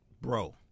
Bro